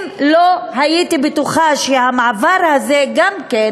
אם לא הייתי בטוחה שהמעבר הזה גם כן